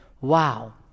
Wow